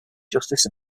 justice